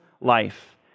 life